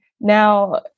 Now